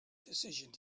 decision